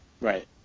Right